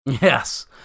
Yes